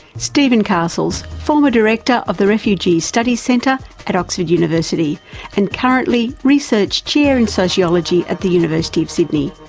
stephen castles, former director of the refugees studies centre at oxford university and currently research chair in sociology at the university of sydney.